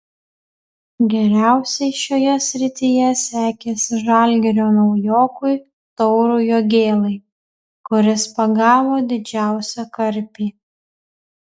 geriausiai šioje srityje sekėsi žalgirio naujokui taurui jogėlai kuris pagavo didžiausią karpį